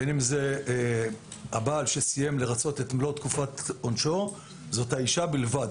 בין זה הבעל שסיים לרצות את מלוא תקופת עונשו זאת האישה בלבד.